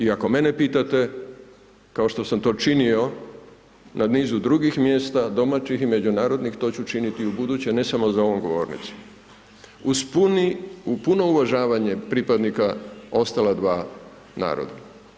I ako mene pitate, kao što sam to činio na nizu drugih mjesta, domaćih i međunarodnih, to ću činiti i ubuduće ne samo za ovom govornicom uz puno uvažavanje pripadnika ostala sva naroda.